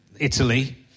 Italy